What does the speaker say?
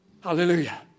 Hallelujah